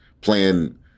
playing